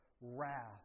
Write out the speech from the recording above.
wrath